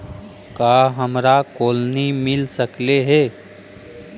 का हमरा कोलनी मिल सकले हे?